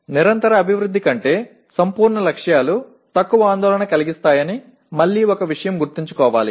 నిరంతర అభివృద్ధి కంటే సంపూర్ణ లక్ష్యాలు తక్కువ ఆందోళన కలిగిస్తాయని మళ్ళీ ఒక విషయం గుర్తుంచుకోవాలి